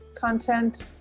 content